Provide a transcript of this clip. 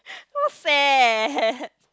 not fair